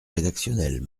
rédactionnel